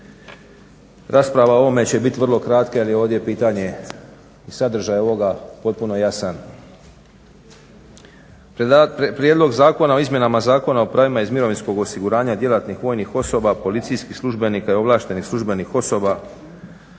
Rasprava o ovome će biti vrlo kratka jer je ovdje pitanje sadržaja ovoga potpuno jasan. Prijedlog Zakona o izmjenama Zakona o pravima iz mirovinskog osiguranja djelatnih vojnih osoba, policijskih službenika i ovlaštenih službenih osoba